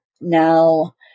now